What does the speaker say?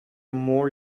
more